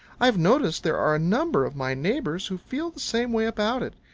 i've noticed there are a number of my neighbors who feel the same way about it.